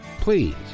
Please